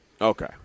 Okay